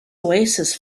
oasis